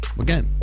again